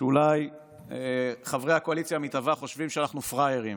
שאולי חברי הקואליציה המתהווה חושבים שאנחנו פראיירים.